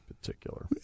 particular